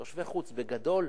תושבי חוץ, בגדול,